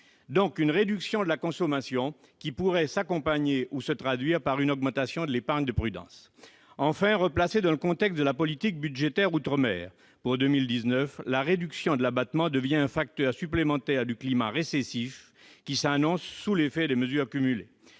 une réduction de la consommation, qui pourrait se traduire par une augmentation de l'épargne de prudence. Enfin, replacée dans le contexte de la politique budgétaire outre-mer pour 2019, la réduction de l'abattement devient un facteur supplémentaire du climat récessif qui s'annonce sous l'effet des mesures cumulées.